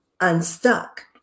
unstuck